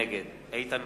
נגד איתן